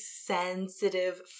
sensitive